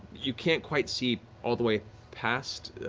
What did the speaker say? you can't quite see all the way past,